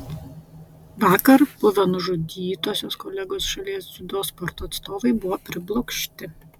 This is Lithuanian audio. vakar buvę nužudytosios kolegos šalies dziudo sporto atstovai buvo priblokšti